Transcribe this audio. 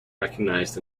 recognized